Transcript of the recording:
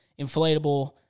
inflatable